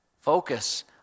Focus